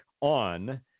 on